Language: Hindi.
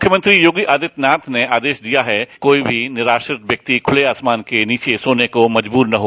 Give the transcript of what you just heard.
मुख्यमंत्री योगी आदित्यनाथ ने आदेश दिया है कि कोई भी निराश्रित व्यक्ति खुले आसमान के नीचे सोने को मजबूर न हो